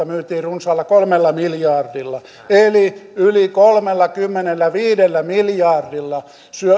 myytiin runsaalla kolmella miljardilla eli yli kolmellakymmenelläviidellä miljardilla